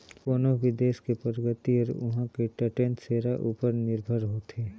कोनो भी देस के परगति हर उहां के टटेन सेरा उपर निरभर होथे